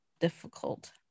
difficult